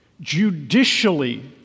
judicially